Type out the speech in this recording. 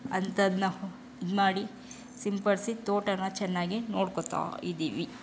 ಅಂಥದ್ದನ್ನ ಇದು ಮಾಡಿ ಸಿಂಪಡಿಸಿ ತೋಟನ ಚೆನ್ನಾಗಿ ನೋಡ್ಕೊಳ್ತಾ ಇದ್ದೀವಿ